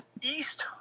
East